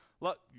Look